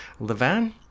Levan